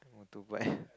motorbike